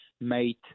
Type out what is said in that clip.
made